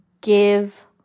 give